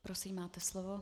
Prosím, máte slovo.